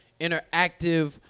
interactive